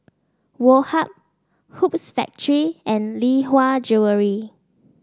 Woh Hup Hoops Factory and Lee Hwa Jewellery